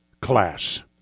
class